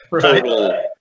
Total